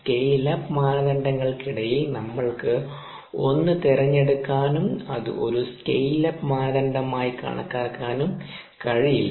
scale up മാനദണ്ഡങ്ങൾക്കിടയിൽ നമ്മൾക്ക് ഒന്നു തിരഞ്ഞെടുക്കാനും അത് ഒരു സ്കെയിൽ അപ്പ് മാനദണ്ഡമായി കണക്കാക്കാനും കഴിയില്ല